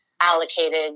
allocated